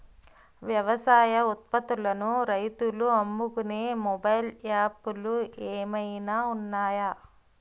వ్యవసాయ ఉత్పత్తులను రైతులు అమ్ముకునే మొబైల్ యాప్ లు ఏమైనా ఉన్నాయా?